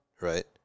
right